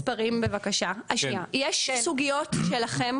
את יכולה לתת לי מספרים בבקשה, יש סוגיות שלכם,